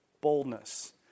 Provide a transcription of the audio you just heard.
boldness